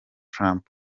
trump